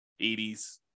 80s